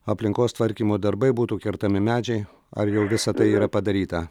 aplinkos tvarkymo darbai būtų kertami medžiai ar jau visa tai yra padaryta